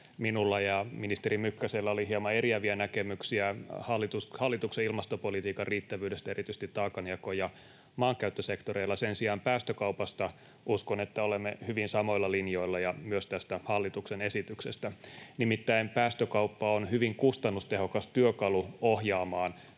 minulla ja ministeri Mykkäsellä oli hieman eriäviä näkemyksiä hallituksen ilmastopolitiikan riittävyydestä erityisesti taakanjako- ja maankäyttösektoreilla. Sen sijaan uskon, että päästökaupasta olemme hyvin samoilla linjoilla ja myös tästä hallituksen esityksestä. Nimittäin päästökauppa on hyvin kustannustehokas työkalu ohjaamaan